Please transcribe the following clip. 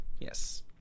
Yes